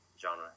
genre